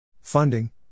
Funding